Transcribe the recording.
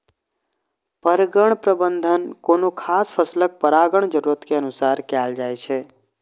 परगण प्रबंधन कोनो खास फसलक परागण जरूरत के अनुसार कैल जाइ छै